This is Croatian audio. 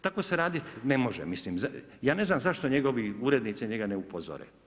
Tako se raditi ne može, ne može, mislim, ja ne znam zašto njegovi urednici njega ne upozore.